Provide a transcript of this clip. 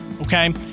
Okay